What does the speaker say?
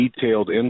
detailed